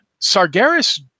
Sargeras